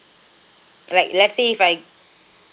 alright let's say if I